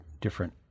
different